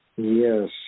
Yes